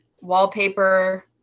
wallpaper